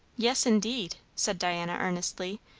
yes indeed! said diana earnestly.